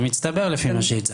זה מצטבר, לפי מה שהצגת.